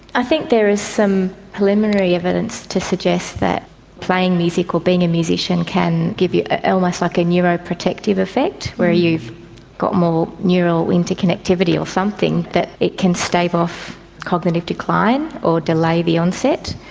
i think there is some preliminary evidence to suggest that playing music or being a musician can give you ah almost like a neuroprotective effect where you've got more neural interconnectivity or something, that it can stave off cognitive decline or delay the onset.